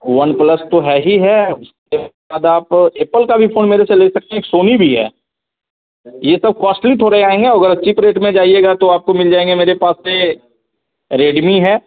one plus तो है ही है बाद एप्पल का फ़ोन भी आप मेरे से ले सकती हैं एक सोनी भी है यह सब कॉस्टली थोड़े आए हैं अगर चीप रेट में जाइएगा तो आपको मिल जाएँगे मेरे पास से रेडमी है